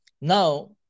Now